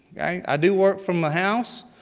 i do work from my house.